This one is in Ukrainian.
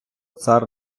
цар